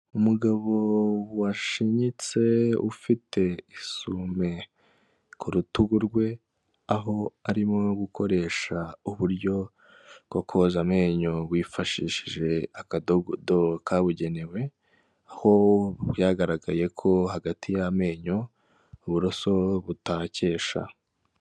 Umugabo washinyitse ufite isume ku rutugu rwe, aho arimo gukoresha uburyo bwo koza amenyo wifashishije akadodo kabugenewe, aho byagaragaye ko hagati y'amenyo uburoso butahakesha.